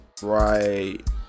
Right